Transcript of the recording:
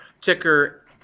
ticker